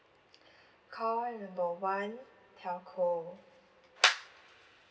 call number one telco